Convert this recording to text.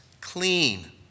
clean